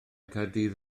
caerdydd